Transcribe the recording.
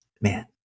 Man